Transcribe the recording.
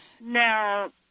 Now